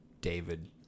David